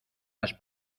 las